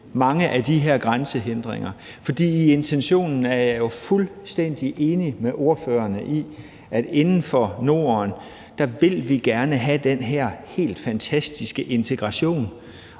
mange af de her grænsehindringer, for i intentionen er jeg jo fuldstændig enig med ordførerne i, at inden for Norden vil vi gerne have den her helt fantastiske integration,